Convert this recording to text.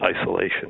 isolation